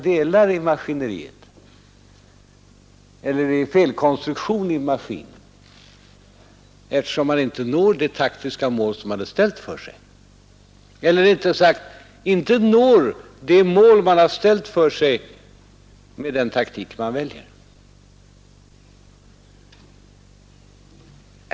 Men han måste väl ha felkonstruerat maskinen, eftersom man inte når det mål man ställt upp för sig med den taktik man väljer.